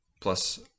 plus